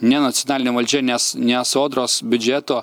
ne nacionalinė valdžia nes ne sodros biudžeto